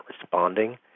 responding